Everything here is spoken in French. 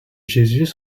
jésus